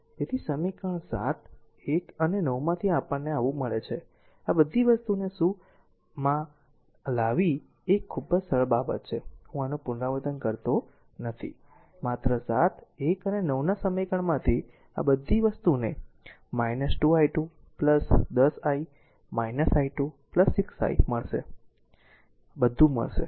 તેથી સમીકરણ 7 1 અને 9 માંથી આપણને આવું મળે છે આ બધી વસ્તુને શું માં લાવવી આ ખૂબ જ સરળ બાબત છે હું આનું પુનરાવર્તન કરતો નથી માત્ર 7 1 અને 9 ના સમીકરણમાંથી આ બધી વસ્તુને માં 2 i2 10 I i2 6 i 0 મળશે બધું મળશે